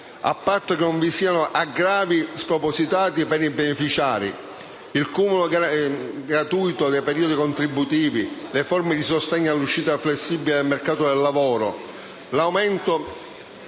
a patto che non vi siano aggravi spropositati per i beneficiari: il cumulo gratuito dei periodi contributivi, le forme di sostegno all'uscita flessibile dal mercato del lavoro, l'aumento